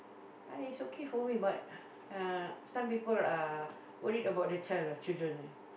ah is okay for me but uh some people are worried about the child ah children ah